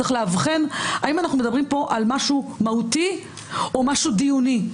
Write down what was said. צריך לאבחן האם אנחנו מדברים פה על משהו מהותי או משהו דיוני.